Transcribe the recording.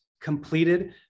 completed